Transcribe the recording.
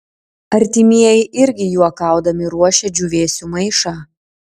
artimieji irgi juokaudami ruošia džiūvėsių maišą